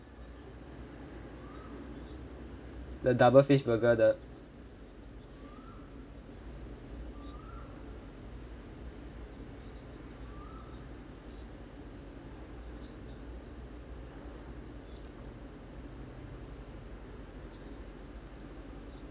the double fish burger the